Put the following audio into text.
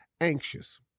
anxious